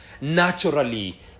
naturally